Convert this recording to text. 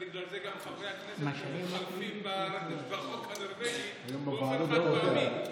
אולי בגלל זה גם חברי הכנסת שלהם מתחלפים בחוק הנורבגי באופן חד-פעמי.